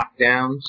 lockdowns